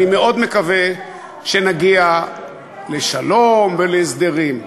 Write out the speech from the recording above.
אני מקווה, אני מאוד מקווה שנגיע לשלום ולהסדרים.